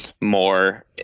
more